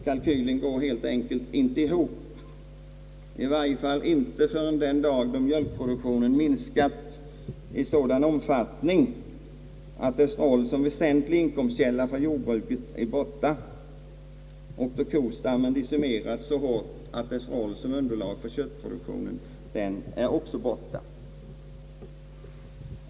Kalkylen går helt enkelt inte ihop, i varje fall inte förrän mjölkproduktionen minskat i sådan omfattning att dess roll som väsentlig inkomstkälla för jordbruket bortfallit och då också kostammen decimerats så hårt att dess roll som underlag för köttproduktionen är borta.